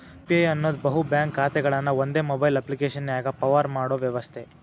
UPI ಅನ್ನೋದ್ ಬಹು bank ಖಾತೆಗಳನ್ನ ಒಂದೇ ಮೊಬೈಲ್ ಅಪ್ಪ್ಲಿಕೆಶನ್ಯಾಗ ಪವರ್ ಮಾಡೋ ವ್ಯವಸ್ಥೆ